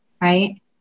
Right